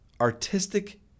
artistic